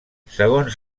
segons